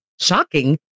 shocking